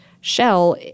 shell